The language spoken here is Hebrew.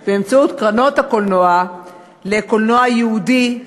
משמעותית באמצעות קרנות הקולנוע לקולנוע ייעודי,